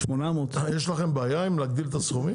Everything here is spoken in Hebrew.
800. יש לכם בעיה עם להגדיל את הסכומים?